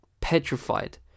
Petrified